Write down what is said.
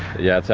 yeah,